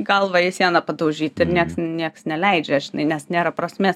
galvą į sieną padaužyt ir nieks nieks neleidžia žinai nes nėra prasmės